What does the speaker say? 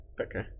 Okay